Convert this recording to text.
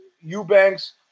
Eubanks